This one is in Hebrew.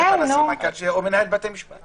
זה כולל בתי דין לעבודה ובתי דין דתיים?